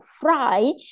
fry